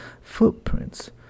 footprints